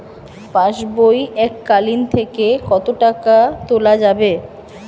পাশবই এককালীন থেকে কত টাকা তোলা যাবে?